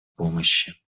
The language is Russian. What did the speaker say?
помощи